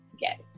Yes